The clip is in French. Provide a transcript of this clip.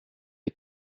est